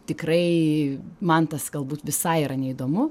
tikrai man tas galbūt visai yra neįdomu